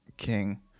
King